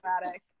dramatic